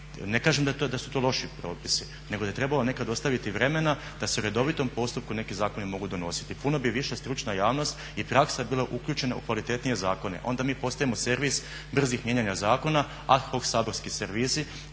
Ne kažem da su to loši propisi, nego da je trebalo nekad ostaviti vremena da se u redovitom postupku neki zakoni mogu donositi. Puno bi više stručna javnost i praksa bila uključena u kvalitetnije zakone, onda mi postajemo servis brzih mijenja zakona, ad hoc saborski servisi,